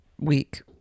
week